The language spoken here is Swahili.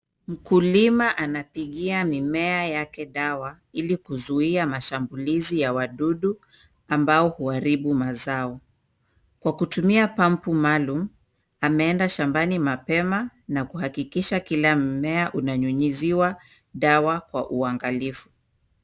Mkulima anapigia mimea yake dawa, ili kuzuia mashambulizi ya wadudu ambao huharibu mazao. Kwa kutumia pampu maalum, ameenda shambani mapema na kuhakikisha kila mmea unanyunyiziwa dawa kwa uangalifu.